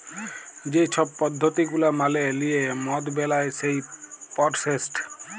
যে ছব পদ্ধতি গুলা মালে লিঁয়ে মদ বেলায় সেই পরসেসট